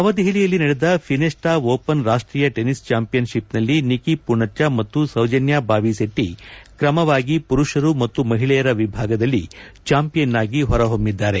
ನವದೆಹಲಿಯಲ್ಲಿ ನಡೆದ Finesta open ರಾಷ್ಟೀಯ ಟೆನಿಸ್ ಚಾಂಪಿಯನ್ಶಿಪ್ನಲ್ಲಿ ನಿಕಿ ಪೂಣಚ್ಚ ಮತ್ತು ಸೌಜನ್ಯ ಬಾವಿಸೆಟ್ಟ ಕ್ರಮವಾಗಿ ಪುರುಷರು ಮತ್ತು ಮಹಿಳೆಯರ ವಿಭಾಗದಲ್ಲಿ ಚಾಂಪಿಯನ್ ಆಗಿ ಹೊರಹೊಮ್ಮಿದರು